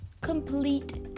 complete